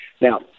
Now